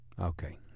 Okay